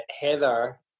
Heather